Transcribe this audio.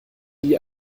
die